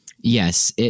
yes